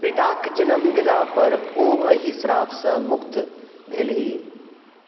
बेटाके जनम देलापर ओ एहि श्रापसँ मुक्त भेलीह